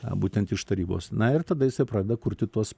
būtent iš tarybos na ir tada jisai pradeda kurti tuos